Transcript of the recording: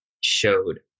showed